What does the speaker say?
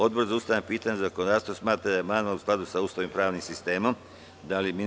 Odbor za ustavna pitanja i zakonodavstvo smatra da je amandman u skladu sa Ustavom i pravnim sistemom Republike Srbije.